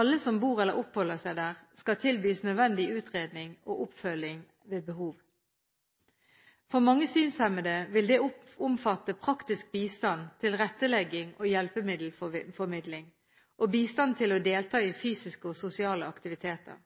Alle som bor eller oppholder seg der, skal tilbys nødvendig utredning og oppfølging ved behov. For mange synshemmede vil det omfatte praktisk bistand, tilrettelegging og hjelpemiddelformidling og bistand til å delta i fysiske og sosiale aktiviteter.